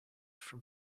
from